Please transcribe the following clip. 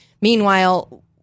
Meanwhile